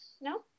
No